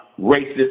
racist